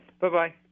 Bye-bye